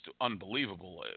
unbelievable